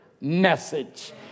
message